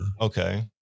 Okay